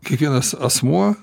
kiekvienas asmuo